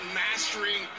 mastering